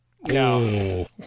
No